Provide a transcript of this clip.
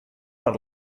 per